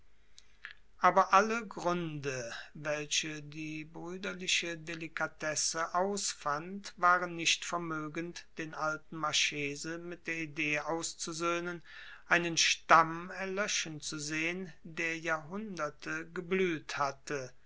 aber alle gründe welche die brüderliche delikatesse ausfand waren nicht vermögend den alten marchese mit der idee auszusöhnen einen stamm erlöschen zu sehen der jahrhunderte geblüht hatte